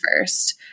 first